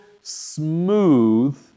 smooth